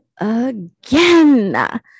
again